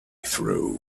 through